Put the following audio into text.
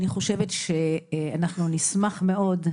ואנחנו נשמע מאוד,